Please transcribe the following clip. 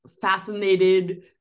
fascinated